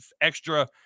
extra